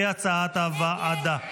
כהצעת הוועדה.